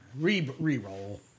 Re-re-roll